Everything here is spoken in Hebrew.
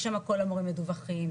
שמה כל המורים מדווחים,